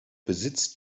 besitzt